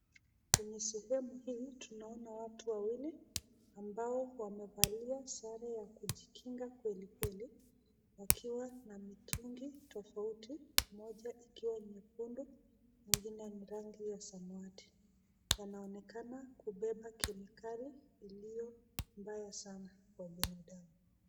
Kwenye sehemu hii tunaona watu wawili ambao wamevalia sare ya kujikinga kwelikweli, wakiwa na mitungi tofauti, moja ikiwa nyekundu, ingine ni rangi ya samawati. yanaonekana kubeba kemikali iliyo mbaya sana kwa biandamu.